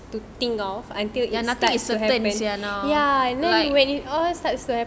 to think of until it is to happen ya and then when it all start to happen